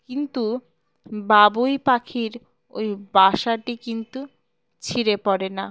কিন্তু বাবুই পাখির ওই বাসাটি কিন্তু ছিঁড়ে পড়ে না